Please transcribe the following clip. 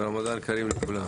רמדאן כרים לכולם.